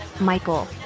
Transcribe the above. Michael